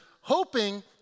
hoping